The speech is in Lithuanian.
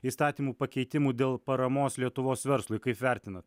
įstatymų pakeitimų dėl paramos lietuvos verslui kaip vertinat